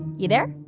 you there?